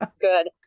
Good